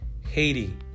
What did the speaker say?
Haiti